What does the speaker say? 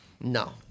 No